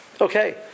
Okay